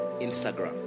Instagram